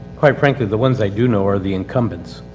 quite frankly, the ones i do know are the incumbents.